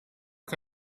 che